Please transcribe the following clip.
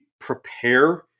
prepare